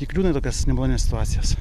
įkliūna į tokias nemalonias situacijas